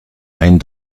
ein